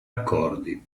accordi